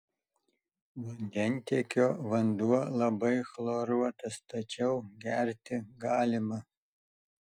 vandentiekio vanduo labai chloruotas tačiau gerti galima